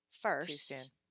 first